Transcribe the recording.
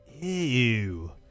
Ew